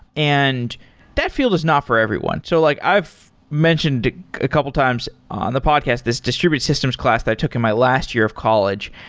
and that field is not for everyone. so, like i've mentioned a couple times on the podcast this distributed systems class that took in my last year of college.